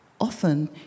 Often